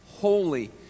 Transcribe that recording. holy